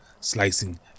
slicing